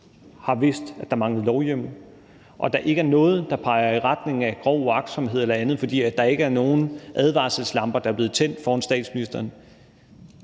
har vidst, at der manglede lovhjemmel, og der ikke er noget, der peger i retning af grov uagtsomhed eller andet, fordi der ikke var nogen advarselslamper, der var blevet tændt over for statsministeren,